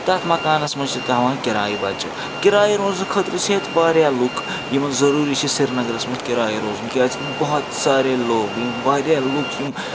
تَتھ مکانَس منٛز چھِ تھاوان کِراے بَچہٕ کِراے روزنہٕ خٲطرٕ چھِ ییٚتہِ واریاہ لُکھ یِمَن ضروٗری چھِ سرینَگرَس منٛز کِراے روزُن کیٛازِ کہِ بہت سارے لوگ یِم واریاہ لُکھ یِم